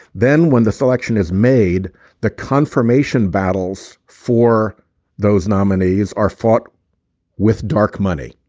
then when the selection is made the confirmation battles for those nominees are fought with dark money.